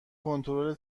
کنترل